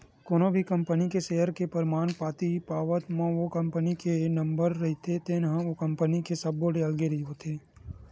कोनो भी कंपनी के सेयर के परमान पातीच पावत म ओ कंपनी के नंबर रहिथे जेनहा ओ कंपनी के सब्बो ले अलगे होथे